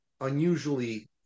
unusually